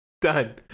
done